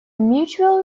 mutual